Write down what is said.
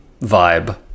vibe